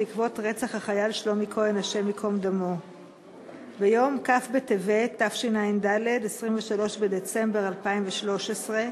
מיום כ' בטבת תשע"ד, 23 בדצמבר, בנושא: